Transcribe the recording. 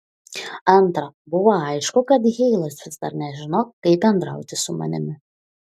antra buvo aišku kad heilas vis dar nežino kaip bendrauti su manimi